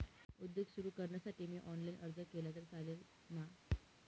उद्योग सुरु करण्यासाठी मी ऑनलाईन अर्ज केला तर चालेल ना?